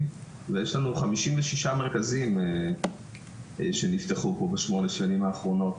ויש לנו 56 מרכזים שנפתחו בשמונה השנים האחרונות.